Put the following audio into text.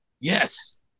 Yes